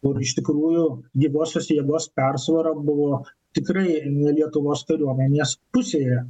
kur iš tikrųjų gyvosios jėgos persvara buvo tikrai ne lietuvos kariuomenės pusėje